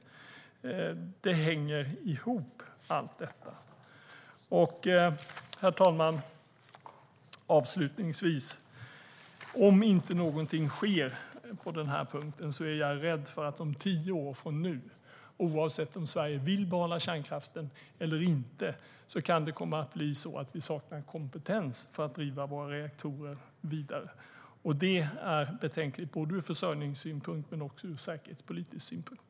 Allt detta hänger ihop. Herr talman! Om inte någonting sker på denna punkt är jag rädd för att det om tio år från nu, oavsett om Sverige vill behålla kärnkraften eller inte, kan komma att bli så att vi saknar kompetens för att driva våra reaktorer vidare. Det är betänkligt både ur försörjningssynpunkt och ur säkerhetspolitisk synpunkt.